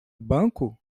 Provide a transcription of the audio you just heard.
banco